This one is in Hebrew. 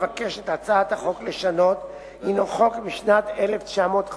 שהצעת החוק מבקשת לשנות הינו חוק משנת 1959,